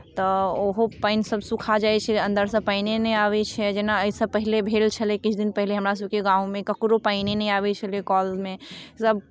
तऽ ओहो पानिसभ सुखा जाइ छै अंदरसँ पानिए नहि आबै छै जेना एहिसँ पहिने भेल छलै किछु दिन पहिने हमरासभके गाममे ककरो पानिए नहि आबै छलै कलमे सँ